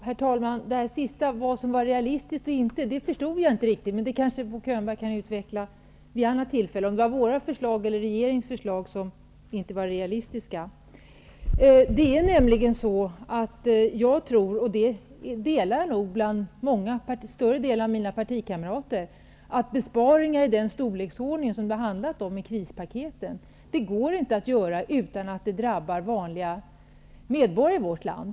Herr talman! Det här avslutande talet om vad som var realistiskt eller inte förstod jag inte riktigt. Om det var våra eller regeringens förslag som inte var realistiska kan kanske Bo Könberg utveckla vid något annat tillfälle. Jag och många av mina partikamrater tror att besparingar i den storleksordningen som det har handlat om i krispaketen går inte att göra utan att de drabbar vanliga medborgare i vårt land.